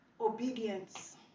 obedience